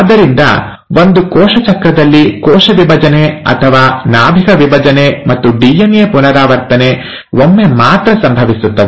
ಆದ್ದರಿಂದ ಒಂದು ಕೋಶ ಚಕ್ರದಲ್ಲಿ ಕೋಶ ವಿಭಜನೆ ಅಥವಾ ನಾಭಿಕ ವಿಭಜನೆ ಮತ್ತು ಡಿಎನ್ಎ ಪುನರಾವರ್ತನೆ ಒಮ್ಮೆ ಮಾತ್ರ ಸಂಭವಿಸುತ್ತದೆ